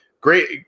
great